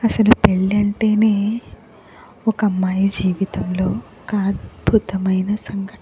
అసలు పెళ్ళంటేనే ఒక అమ్మాయి జీవితంలో ఒక అద్భుతమైన సంఘటన